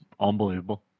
Unbelievable